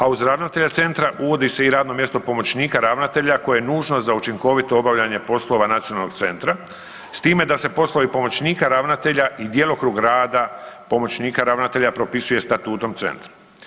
A uz ravnatelja centra uvodi se i radno mjesto pomoćnika ravnatelja koje je nužno za učinkovito obavljanje poslova nacionalnog centra s time da se poslovi pomoćnika ravnatelja i djelokrug rada pomoćnika ravnatelja propisuje statutom centra.